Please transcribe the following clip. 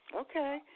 Okay